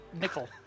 Nickel